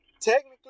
Technically